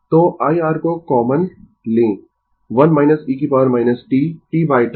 तो I R को common लें 1 e t t τ